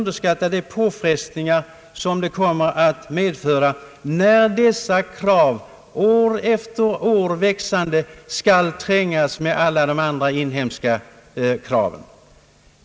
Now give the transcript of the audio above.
dessa år efter år växande krav skall trängas med alla andra, inrikespolitiska krav.